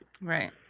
Right